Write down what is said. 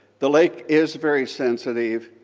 the lake is very sensitive.